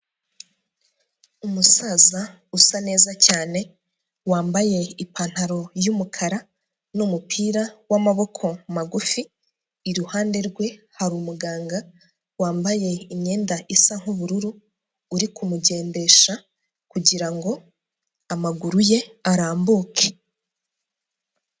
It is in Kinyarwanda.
Umusaza usa neza cyane, wambaye ipantaro y'umukara n'umupira w'amaboko magufi, iruhande rwe hari umuganga wambaye imyenda isa nk'ubururu, uri kumugendesha kugira ngo amaguru ye arambuke.